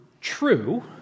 true